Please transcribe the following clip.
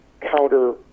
counter